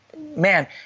man